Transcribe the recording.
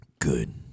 Good